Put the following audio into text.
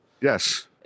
Yes